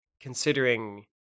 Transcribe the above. considering